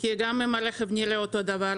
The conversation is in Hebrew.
כי גם אם הרכב נראה אותו דבר,